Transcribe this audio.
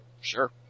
Sure